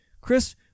Chris